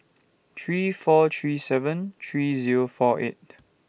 three four three seven three Zero four eight